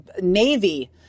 Navy